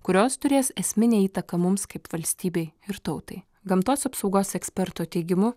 kurios turės esminę įtaką mums kaip valstybei ir tautai gamtos apsaugos eksperto teigimu